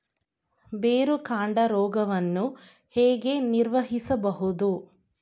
ಬೇರುಕಾಂಡ ರೋಗವನ್ನು ಹೇಗೆ ನಿರ್ವಹಿಸಬಹುದು?